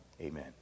amen